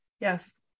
yes